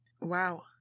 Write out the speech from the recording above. Wow